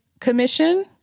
Commission